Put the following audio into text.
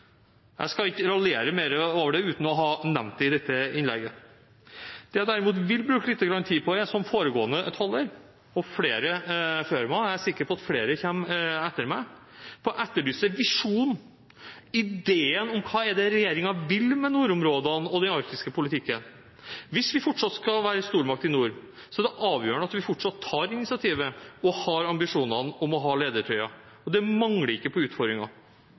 Jeg skal ikke raljere mer over det, uten å ha nevnt det i dette innlegget. Det jeg derimot vil bruke litt tid på – som foregående taler, flere før ham, og sikkert flere etter meg – er å etterlyse visjonen, ideen om hva det er regjeringen vil med nordområdene og den arktiske politikken. Hvis vi fortsatt skal være en stormakt i nord, er det avgjørende at vi fortsatt tar initiativet og har ambisjonene om å ha ledertrøya, og det mangler ikke på utfordringer.